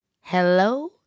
Hello